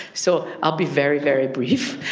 so i'll be very, very brief.